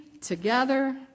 together